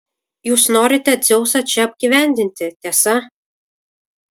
jūs norite dzeusą čia apgyvendinti tiesa